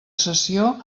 sessió